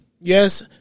Yes